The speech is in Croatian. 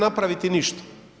napraviti ništa?